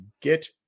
get